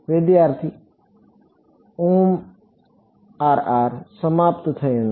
વિદ્યાર્થી સમાપ્ત થયું નથી